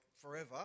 forever